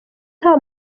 nta